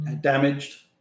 damaged